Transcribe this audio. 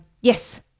yes